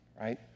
right